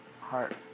heart